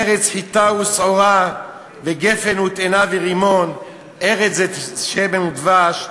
ארץ חִטה ושערה וגפן ותאנה ורמון ארץ זֵית שמן ודבש,